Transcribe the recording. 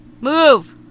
Move